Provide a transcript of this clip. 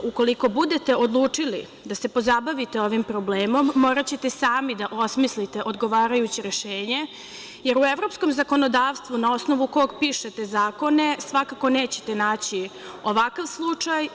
Ukoliko budete odlučili da se pozabavite ovim problemom, moraćete sami da osmislite odgovarajuće rešenje, jer u evropskom zakonodavstvu na osnovu kog pišete zakone, svakako nećete naći ovakav slučaj.